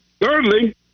thirdly